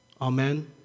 Amen